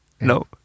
no